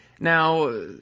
Now